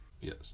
Yes